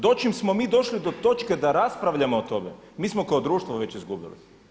Dočim smo mi došli do točke da raspravljamo o tome mi smo kao društvo već izgubili.